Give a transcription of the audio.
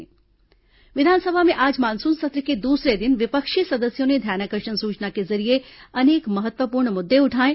विधानसभा ध्यानाकर्षण सुचना विधानसभा में आज मानसून सत्र के दूसरे दिन विपक्षी सदस्यों ने ध्यानाकर्षण सूचना के जरिये अनेक महत्वपूर्ण मुद्दे उठाएं